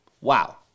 Wow